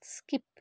skip